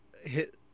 hit